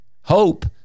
hope